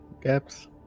gaps